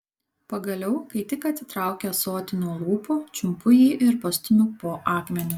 pagaliau kai tik atitraukia ąsotį nuo lūpų čiumpu jį ir pastumiu po akmeniu